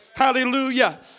Hallelujah